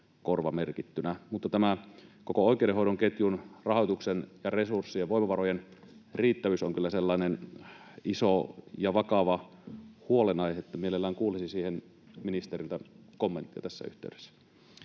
korvamerkittynä. Mutta tämä koko oikeudenhoidon ketjun rahoituksen, resurssien ja voimavarojen riittävyys on kyllä sellainen iso ja vakava huolenaihe, että mielellään kuulisin siihen ministeriltä kommenttia tässä yhteydessä.